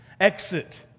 exit